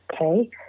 Okay